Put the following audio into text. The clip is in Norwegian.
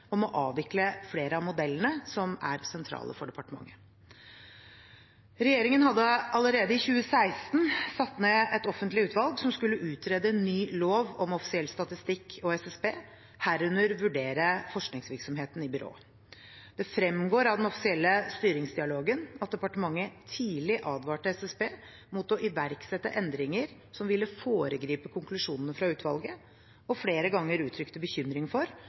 om å avvikle flere av modellene som er sentrale for departementet. Regjeringen hadde allerede i 2016 satt ned et offentlig utvalg som skulle utrede ny lov om offisiell statistikk og SSB, herunder vurdere forskningsvirksomheten i byrået. Det fremgår av den offisielle styringsdialogen at departementet tidlig advarte SSB mot å iverksette endringer som ville foregripe konklusjonene fra utvalget, og flere ganger uttrykte bekymring for